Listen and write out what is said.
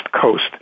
Coast